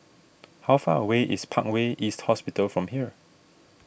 how far away is Parkway East Hospital from here